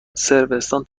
صربستان